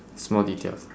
small details